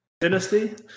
Dynasty